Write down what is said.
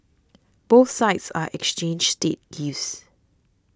both sides are exchanged state gifts